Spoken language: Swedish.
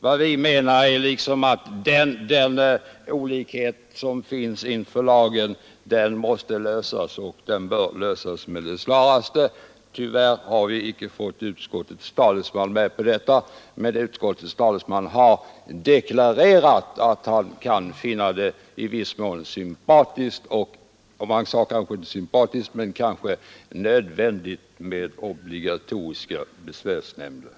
Vad vi menar är att den olikhet inför lagen som nu finns med det snaraste bör och måste rättas till. Tyvärr har vi inte fått utskottets talesman med oss i det fallet, men han har deklarerat att han finner förslaget i viss mån sympatiskt. Han använde kanske inte ordet sympatiskt, men han fann det kanske nödvändigt med obligatoriska besvärsnämnder.